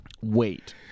wait